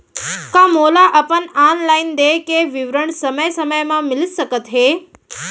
का मोला अपन ऑनलाइन देय के विवरण समय समय म मिलिस सकत हे?